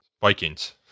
Vikings